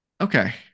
Okay